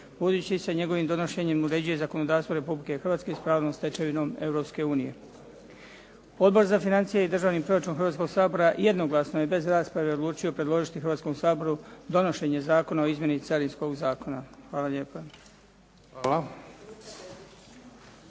budući se njegovim donošenjem uređuje zakonodavstvo Republike Hrvatske s pravnom stečevinom Europske unije. Odbor za financije i državni proračun Hrvatskog sabora jednoglasno je bez rasprave odlučio predložiti Hrvatskom saboru donošenje Zakona o izmjeni Carinskog zakona. Hvala lijepo.